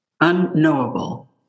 unknowable